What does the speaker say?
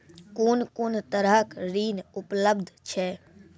कून कून तरहक ऋण उपलब्ध छै?